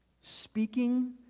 speaking